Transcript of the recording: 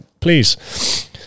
Please